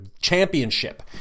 championship